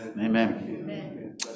amen